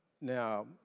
now